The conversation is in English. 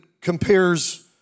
compares